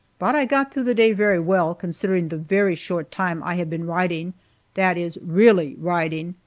but i got through the day very well, considering the very short time i have been riding that is, really riding.